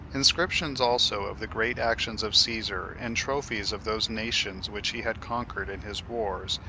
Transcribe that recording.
inscriptions also of the great actions of caesar, and trophies of those nations which he had conquered in his wars,